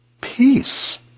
Peace